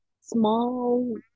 small